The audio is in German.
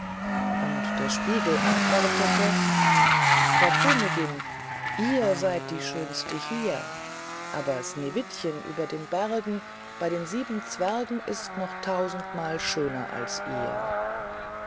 und der spiegel antwortete frau königin ihr seid die schönste hier aber sneewittchen über den bergen bei den sieben zwergen ist noch tausendmal schöner als ihr